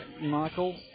Michael